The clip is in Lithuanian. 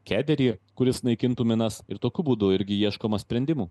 kederį kuris naikintų minas ir tokiu būdu irgi ieškoma sprendimų